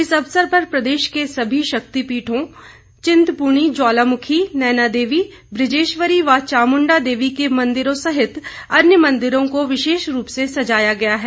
इस अवसर पर प्रदेश के सभी शक्तिपीठों चिंतपूर्णी ज्वालामुखी नैनादेवी वुजेश्वरी व चामुण्डा देवी के मंदिरों सहित अन्य मंदिरों को विशेष रूप से सजाया गया है